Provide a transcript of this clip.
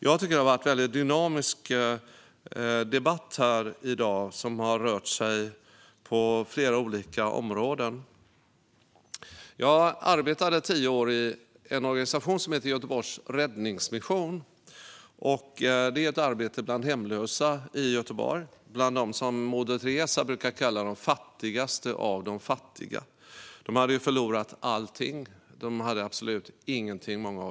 Jag tycker att det har varit en dynamisk debatt här i dag, som har rört sig på flera olika områden. Jag arbetade tio år i en organisation som heter Göteborgs Räddningsmission. Den arbetar bland hemlösa i Göteborg, bland dem som Moder Teresa brukade kalla de fattigaste av de fattiga. De hade förlorat allt. Många av dem hade absolut ingenting.